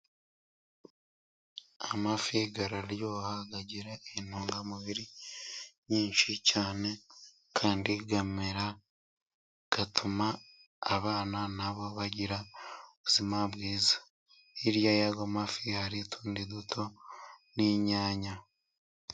Amafi araryoha, agira intungamubiri nyinshi cyane, kandi kamera, atuma abana nabo bagira ubuzima bwiza, hirya y'aya mafi hari utundi duto n'inyanya.